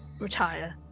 retire